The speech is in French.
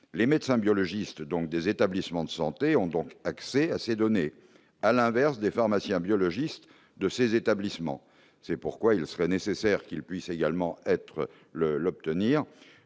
les médecins biologistes donc des établissements de santé ont donc accès à ces données, à l'inverse des pharmaciens biologistes de ces établissements, c'est pourquoi il serait nécessaire qu'il puisse également être